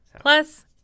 Plus